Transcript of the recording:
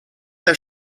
der